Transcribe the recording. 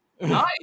Nice